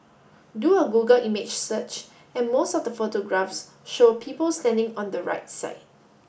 do a Google image search and most of the photographs show people standing on the right side